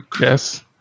Yes